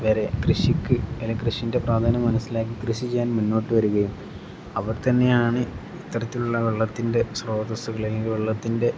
വരെ കൃഷിക്ക് അല്ലെങ്കില് കൃഷിയുടെ പ്രാധാന്യം മനസ്സിലാക്കി കൃഷി ചെയ്യാൻ മുന്നോട്ടുവരികയും അവർ തന്നെയാണ് ഇത്തരത്തിലുള്ള വെള്ളത്തിൻ്റെ സ്രോതസ്സുകൾ അല്ലെങ്കിൽ വെള്ളത്തിൻ്റെ